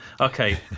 okay